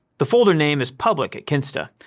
the folder name is public at kinsta,